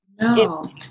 no